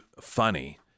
funny